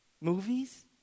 Movies